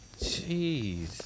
Jeez